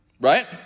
Right